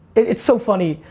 it's so funny.